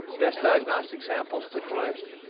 best diagnostic samples to collect,